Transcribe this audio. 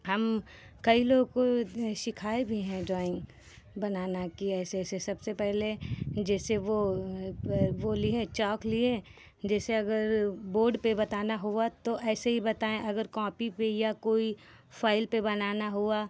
हम कई लोग को सिखाए भी हैं ड्राइंग बनाना कि ऐसे ऐसे सबसे पहले जैसे वो वो लिये चॉक लिये जैसे अगर बोर्ड पे बताना हुआ तो ऐसे ही बताए अगर कॉपी पे या कोई फाइल पे बनाना हुआ